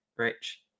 rich